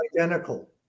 identical